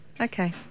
okay